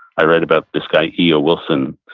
i read about this guy e o. wilson.